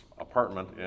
apartment